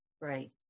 Right